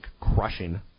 crushing